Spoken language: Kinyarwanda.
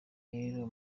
rero